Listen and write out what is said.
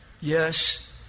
Yes